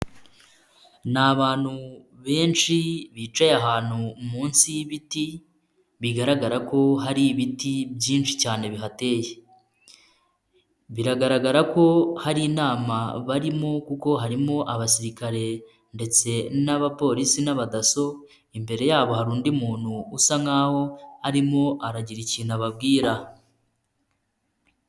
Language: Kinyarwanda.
Ni abantu benshi bicaye ahantu munsi y'ibiti bigaragara ko hari ibiti byinshi cyane bihateye, biragaragara ko hari inama barimo kuko harimo abasirikare ndetse n'abapolisi n'abadasso, imbere yabo hari undi muntu usa nkaho arimo aragira ikintu ababwira.